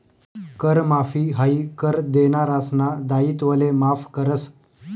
कर माफी हायी कर देनारासना दायित्वले माफ करस